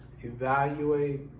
Evaluate